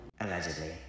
Allegedly